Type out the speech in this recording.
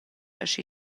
aschi